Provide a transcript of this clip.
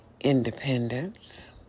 independence